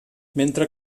mentre